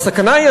והסכנה היא,